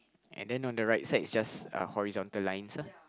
and then on the right side is just uh horizontal lines ah